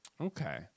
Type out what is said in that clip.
Okay